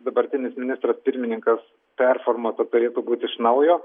dabartinis ministras pirmininkas performuota turėtų būti iš naujo